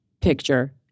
picture